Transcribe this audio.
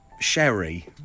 Sherry